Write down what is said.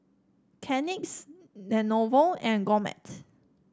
Kleenex Lenovo and Gourmet